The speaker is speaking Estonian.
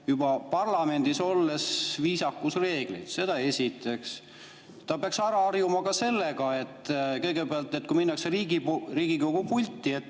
tunne parlamendis olles viisakusreegleid. Seda esiteks. Ta peaks ära harjuma sellega, kõigepealt, et kui minnakse Riigikogu pulti,